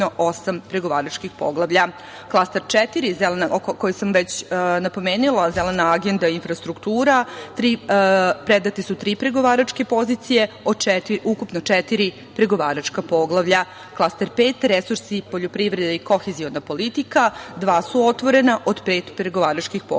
Klaster 4 koji sam već napomenula, „Zelena agenda i infrastruktura“, predate su tri pregovaračke pozicije od ukupno četiri pregovaračka poglavlja. Klaster 5 „Resursi poljoprivrede i koheziona politika“, dva su otvorena od pet pregovaračkih poglavlja.